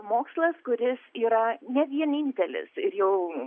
mokslas kuris yra ne vienintelis ir jau